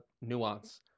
nuance